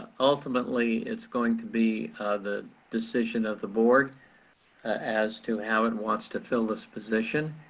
ultimately it's going to be the decision of the board as to how it wants to fill this position.